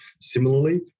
Similarly